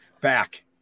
Back